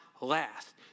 last